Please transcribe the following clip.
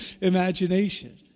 imagination